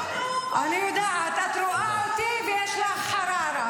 אני מכירה את הנאום שלה בעל פה.